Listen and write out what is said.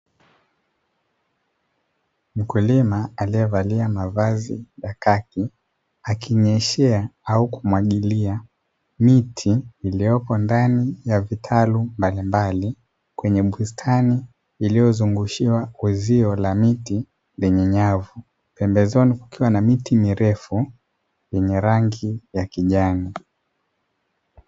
Mkulima aliyevalia mavazi ya kaki akinyeshea au kumwagilia miti iliyopo ndani ya vitalu mbalimbali kwenye bustani, iliyozungushia uzio la miti lenye nyavu pembezoni kukiwa na miti mirefu yenye rangi ya kijani.